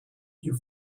you